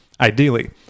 ideally